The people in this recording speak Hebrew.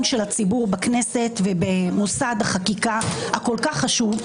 של הציבור בכנסת ובמוסד החקיקה הכול כך חשוב,